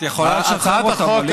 את יכולה לשחרר אותם, עליזה.